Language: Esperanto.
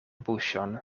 buŝon